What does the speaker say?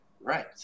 Right